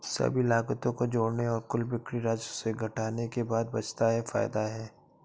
सभी लागतों को जोड़ने और कुल बिक्री राजस्व से घटाने के बाद बचता है फायदा है